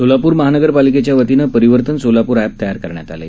सोलापूर महानगरपालिकेच्या वतीनं परिवर्तन सोलापूर अप्र तयार करण्यात आलं आहे